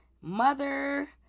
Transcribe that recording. Mother